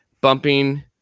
bumping